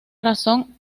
razón